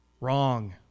Wrong